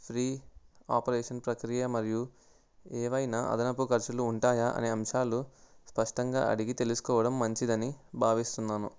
free operation ప్రక్రియ మరియు ఏవైనా అదనపు ఖర్చులు ఉంటాయా అనే అంశాలు స్పష్టంగా అడిగి తెలుసుకోవడం మంచిదని భావిస్తున్నాను